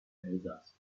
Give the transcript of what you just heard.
elsass